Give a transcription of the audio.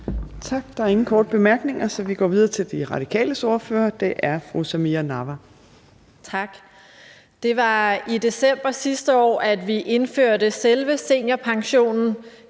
Tak. Der er ingen korte bemærkninger, så vi går videre til De Radikales ordfører. Det er fru Samira Nawa. Kl. 13:38 (Ordfører) Samira Nawa (RV): Tak. Det var i december sidste år, at vi indførte selve seniorpensionen,